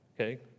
Okay